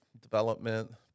development